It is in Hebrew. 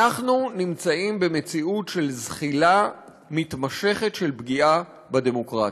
אנחנו נמצאים במציאות של זחילה מתמשכת של פגיעה בדמוקרטיה,